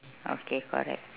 okay correct